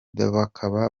bakaba